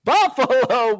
Buffalo